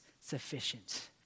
sufficient